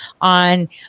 on